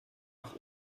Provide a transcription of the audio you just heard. nach